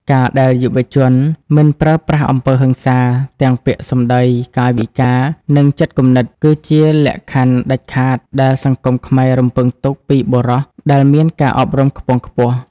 ការដែលយុវជន "មិនប្រើប្រាស់អំពើហិង្សា" ទាំងពាក្យសម្តី កាយវិការ និងចិត្តគំនិត គឺជាលក្ខខណ្ឌដាច់ខាតដែលសង្គមខ្មែររំពឹងទុកពីបុរសដែលមានការអប់រំខ្ពង់ខ្ពស់។